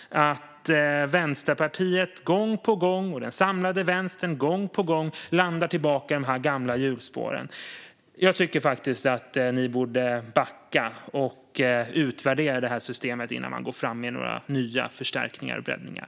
Vänsterpartiet och den samlade vänstern landar gång på gång i samma gamla hjulspår. Jag tycker att ni borde backa och utvärdera systemet innan ni går fram med nya förstärkningar och breddningar.